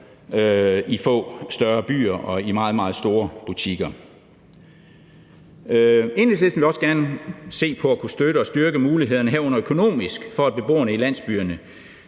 i få større byer og i meget, meget store butikker. Enhedslisten vil også gerne se på at kunne støtte og styrke mulighederne, herunder økonomisk, for, at beboerne i landsbyerne